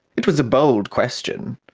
it was a bold question,